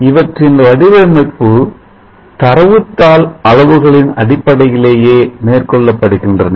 இவற்றின வடிவமைப்பு தரவு தாள் அளவுகளின் அடிப்படையிலேயே மேற்கொள்ளப்பட்டுள்ளன